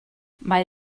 mae